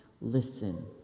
listen